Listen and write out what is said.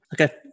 okay